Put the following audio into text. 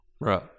Right